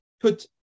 put